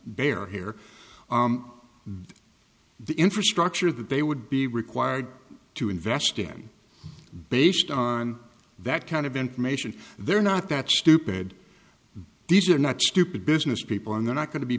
bear here the infrastructure that they would be required to invest in based on that kind of information they're not that stupid these are not stupid business people and they're not going to be